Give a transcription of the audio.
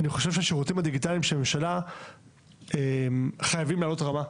אני חושב שהשירותים הדיגיטליים של הממשלה חייבים לעלות רמה.